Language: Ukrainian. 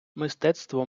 мистецтво